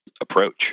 approach